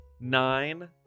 Nine